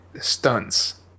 stunts